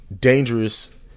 dangerous